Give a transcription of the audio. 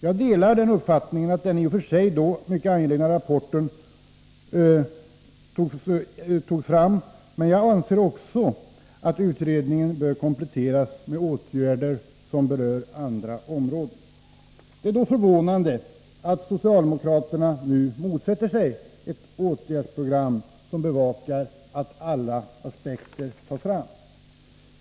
Jag delar den uppfattning som den i och för sig mycket angelägna rapporten framförde, men jag anser också att utredningens förslag bör kompletteras med förslag till åtgärder som berör andra områden. Det är då förvånande att socialdemokraterna nu motsätter sig ett åtgärdsprogram som bevakar att alla aspekter tas fram.